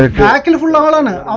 ah kind of land, and um